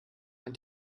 ein